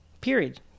period